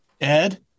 Ed